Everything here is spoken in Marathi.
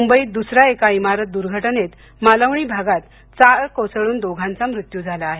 मुंबईत द्सर्या एका इमारत दुर्घटनेत मालवणी भागात चाळ कोसळून दोघांचा मृत्यू झाला आहे